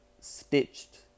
stitched